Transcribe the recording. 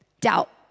doubt